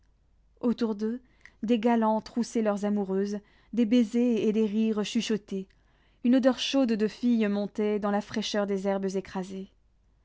autour d'eux des galants troussaient leurs amoureuses des baisers et des rires chuchotaient une odeur chaude de filles montait dans la fraîcheur des herbes écrasées